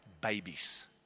babies